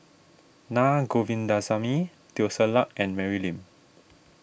Na Govindasamy Teo Ser Luck and Mary Lim